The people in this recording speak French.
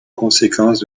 conséquence